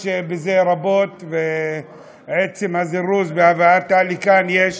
יש בזה רבות, ובעצם הזירוז בהבאתה לכאן יש